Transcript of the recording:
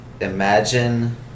imagine